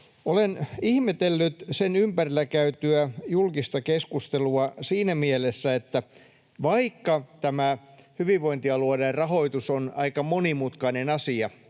Olen ihmetellyt sen ympärillä käytyä julkista keskustelua siinä mielessä, että vaikka tämä hyvinvointialueiden rahoitus on aika monimutkainen asia